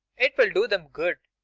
it'll do them good.